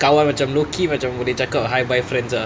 kawan macam low-key macam boleh cakap ah hi bye friends ah